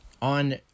on